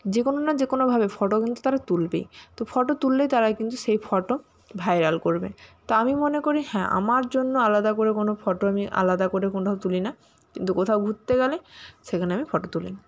যে কোনো না যে কোনো ভাবে ফটো কিন্তু তারা তুলবেই তো ফটো তুললেই তারা কিন্তু সেই ফটো ভাইরাল করবে তা আমি মনে করি হ্যাঁ আমার জন্য আলাদা করে কোনো ফটো আমি আলাদা করে কোথাও তুলি না কিন্তু কোথাও ঘুরতে গেলে সেখানে আমি ফটো তুলি